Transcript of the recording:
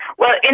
well, in